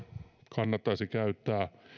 kannattaisi käyttää